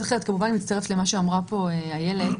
מצטרפת למה שאמרה איילת.